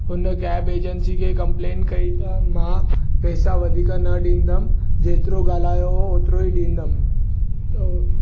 हुन cab agency खे complain कई त मां पैसा वधीक न ॾींदुमि जेतिरो ॻाल्हायो हो ओतिरो ई ॾींदुमि